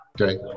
okay